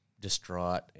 distraught